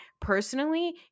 personally